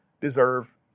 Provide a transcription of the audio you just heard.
deserve